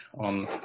on